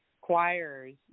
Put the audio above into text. choirs